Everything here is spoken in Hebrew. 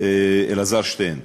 אלעזר שטרן: